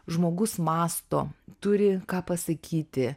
žmogus mąsto turi ką pasakyti